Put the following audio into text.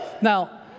Now